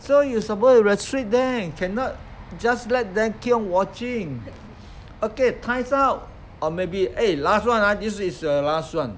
so you're supposed to restrict them cannot just let them keep on watching okay time's up or maybe eh last one ah this is the last one